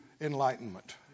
enlightenment